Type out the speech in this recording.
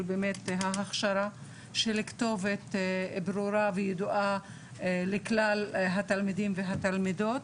הכשרה לכתובת ידועה וברורה לכלל התלמידים והתלמידות